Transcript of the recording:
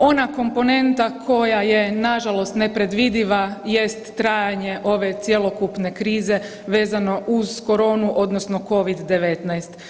Dakle, ona komponenta koja je nažalost nepredvidiva jest trajanje ove cjelokupne krize vezano uz koronu odnosno Covid-19.